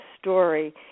story